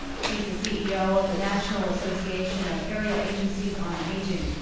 she's the ceo of the national association of area agencies on aging.